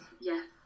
yes